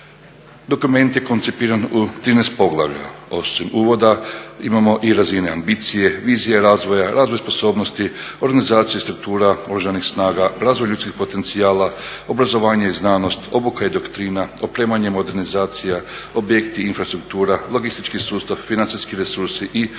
Dokument je koncipiran u 13 poglavlja. Osim uvoda imamo i razine ambicije, vizije razvoja, razvoj sposobnosti, organizacija i struktura Oružanih snaga, razvoj ljudskih potencijala, obrazovanje i znanost, obuka i doktrina, opremanje, modernizacija, objekti, infrastruktura, logistički sustav, financijski resursi i upravljački